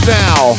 now